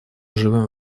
живем